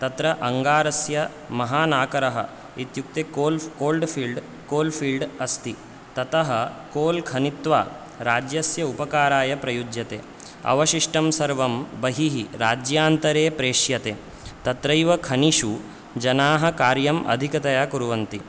तत्र अङ्गारस्य महानाकरः इत्युक्ते coal cold field coal field अस्ति ततः कोल् खनित्वा राज्यस्य उपकाराय प्रयुज्यते अवशिष्टं सर्वं बहिः राज्यान्तरे प्रेष्यते तत्रैव खनिषु जनाः कार्यम् अधिकतया कुर्वन्ति